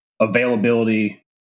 availability